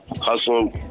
Hustle